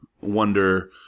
wonder